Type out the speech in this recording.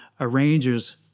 arrangers